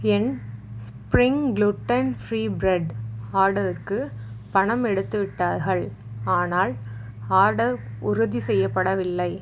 என் spring gluten free bread ஆர்டருக்கு பணம் எடுத்து விட்டார்கள் ஆனால் ஆர்டர் உறுதி செய்யப்படவில்லை